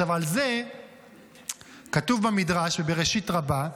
על זה כתוב במדרש בבראשית רבה: